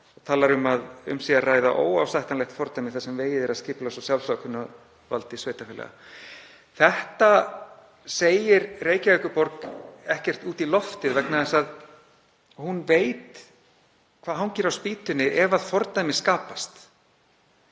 og segir að um sé að ræða óásættanlegt fordæmi þar sem vegið sé að skipulags- og sjálfsákvörðunarvaldi sveitarfélaga. Þetta segir fulltrúi Reykjavíkurborgar ekkert út í loftið vegna þess að hann veit hvað hangir á spýtunni ef fordæmi skapast.